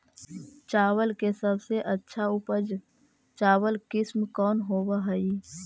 चावल के सबसे अच्छा उच्च उपज चावल किस्म कौन होव हई?